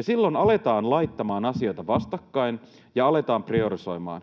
Silloin aletaan laittamaan asioita vastakkain ja aletaan priorisoimaan.